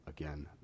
again